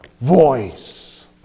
voice